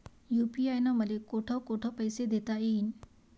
UPI न मले कोठ कोठ पैसे देता येईन?